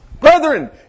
Brethren